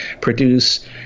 produce